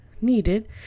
needed